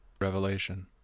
Revelation